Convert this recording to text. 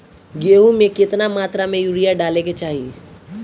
गेहूँ में केतना मात्रा में यूरिया डाले के चाही?